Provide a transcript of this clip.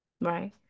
right